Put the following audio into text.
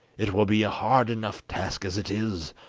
it will be a hard enough task as it is,